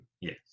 Yes